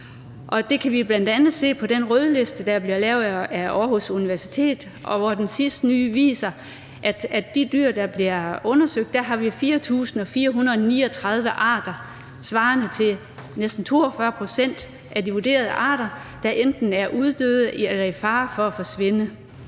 Det kan vi jo bl.a. se på den rødliste, der bliver lavet af Aarhus Universitet, hvor den sidste nye liste viser, at det af de dyr, der bliver undersøgt, er 4.439 arter svarende til næsten 42 pct. af de vurderede arter, der enten er uddøde eller er i fare for at forsvinde.